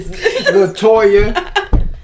Latoya